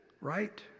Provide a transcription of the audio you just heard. Right